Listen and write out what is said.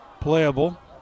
Playable